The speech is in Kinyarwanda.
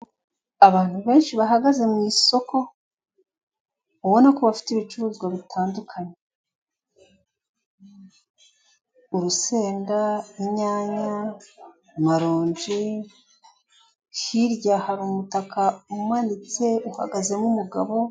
Abantu benshi bahagaze mu isoko, ubona ko bafite ibicuruzwa bitandukanye; urusenda, inyanya, amaronji, hirya hari umutaka umanitse uhagazemo umugabo,...